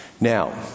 Now